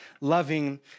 loving